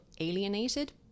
alienated